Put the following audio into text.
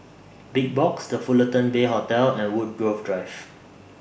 Big Box The Fullerton Bay Hotel and Woodgrove Drive